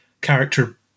character